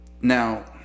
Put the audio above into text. now